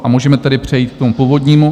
A můžeme tedy přejít k tomu původnímu...